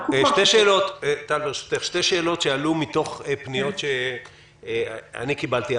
שתי שאלות שעלו מתוך פניות שאני קיבלתי.